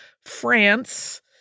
France